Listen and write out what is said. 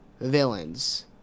villains